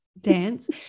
Dance